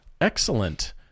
Excellent